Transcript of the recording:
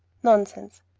nonsense.